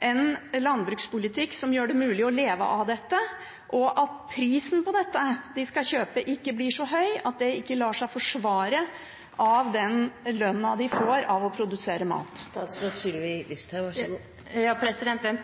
en landbrukspolitikk som gjør det mulig å leve av dette, og at prisen for det de skal kjøpe, ikke blir så høy at det ikke lar seg forsvare av den lønna de får av å produsere mat. Enten